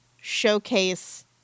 showcase